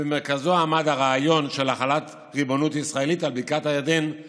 שבמרכזה עמד הרעיון של החלת ריבונות ישראלית על